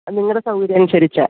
അത് നിങ്ങളുടെ സൗകര്യമനുസരിച്ച്